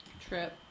Trip